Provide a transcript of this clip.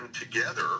together